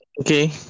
Okay